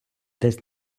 десь